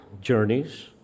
journeys